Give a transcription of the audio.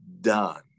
done